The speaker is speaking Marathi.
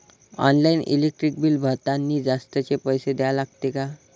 ऑनलाईन इलेक्ट्रिक बिल भरतानी जास्तचे पैसे द्या लागते का?